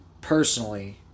personally